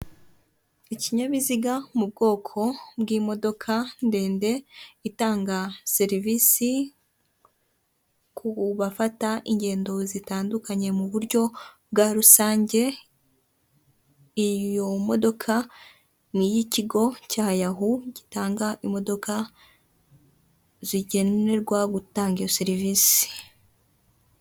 Ikinyabiziga mu bwoko bw'imodoka ndende itanga serivisi ku bafata ingendo zitandukanye mu buryo bwa rusange, iyo modoka ni iy'ikigo cya yahu gitanga imodoka zigenerwa gutanga iyo serivisi.